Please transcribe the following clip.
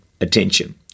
attention